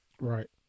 Right